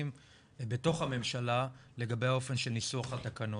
בתוך הממשלה לגבי האופן של ניסוח התקנות.